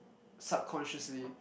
subconsciously